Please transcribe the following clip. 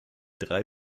drei